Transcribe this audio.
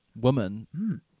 woman